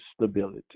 stability